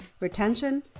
retention